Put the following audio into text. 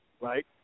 right